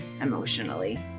emotionally